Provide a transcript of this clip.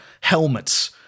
helmets